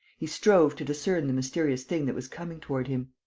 he strove to discern the mysterious thing that was coming toward him.